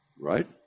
right